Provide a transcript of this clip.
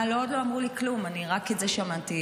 עוד לא אמרו לי כלום, רק את זה שמעתי.